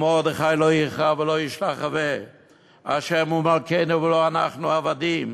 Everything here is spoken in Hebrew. "ומרדכי לא יכרע ולא ישתחוה"; ה' הוא מלכנו ולו אנחנו עבדים,